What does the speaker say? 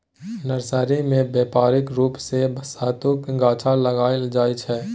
nursery मे बेपारिक रुप सँ शहतुतक गाछ लगाएल जाइ छै